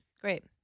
Great